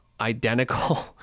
identical